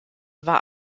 war